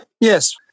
Yes